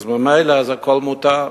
אז ממילא הכול מותר.